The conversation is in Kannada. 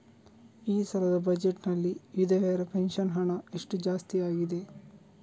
ಈ ಸಲದ ಬಜೆಟ್ ನಲ್ಲಿ ವಿಧವೆರ ಪೆನ್ಷನ್ ಹಣ ಎಷ್ಟು ಜಾಸ್ತಿ ಆಗಿದೆ?